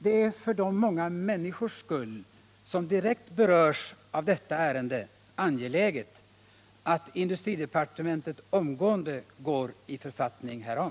Det är för de många människors skull som direkt berörs av detta ärende angeläget att industridepartementet omedelbart går i författning härom.